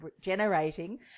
generating